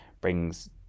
brings